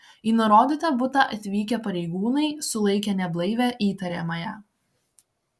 į nurodytą butą atvykę pareigūnai sulaikė neblaivią įtariamąją